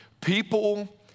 People